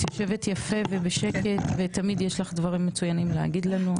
את יושבת יפה ובשקט ותמיד יש לך דברים מצוינים להגיד לנו.